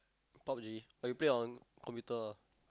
Pub-G or you play on computer ah